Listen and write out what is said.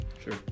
sure